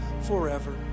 forever